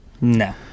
No